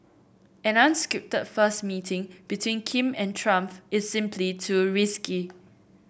an unscripted first meeting between Kim and Trump is simply too risky